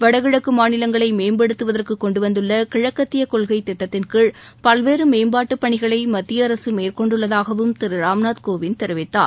வடகிழக்கு மாநிலங்களை மேம்படுததுவதற்கு கொண்டுவந்துள்ள கிழக்கத்திய கொள்கை திட்டத்தின்கீழ் பல்வேறு மேம்பாட்டு பணிகளை மத்திய அரசு மேற்கொண்டுள்ளதாகவும் திரு ராம்நாத் கோவிந்த் தெரிவித்தார்